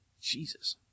Jesus